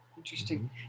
interesting